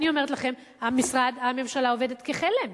אני אומרת לכם שהממשלה עובדת כחלם.